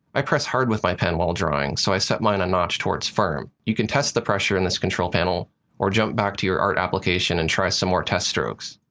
i press hard with my pen while drawing, so i set mine a notch towards firm. you can test the pressure in this control panel or jump back to your art application and try some more test strokes.